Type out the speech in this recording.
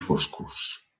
foscos